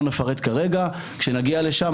לא נפרט כרגע כשנגיע לשם.